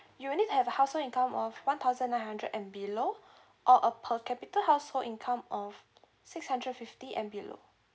you will need to have a household income of one thousand nine hundred and below or a per capita household income of six hundred fifty and below